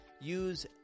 Use